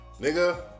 Nigga